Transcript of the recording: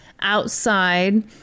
outside